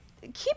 keep